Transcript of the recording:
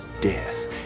death